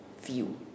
view